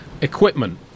equipment